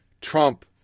Trump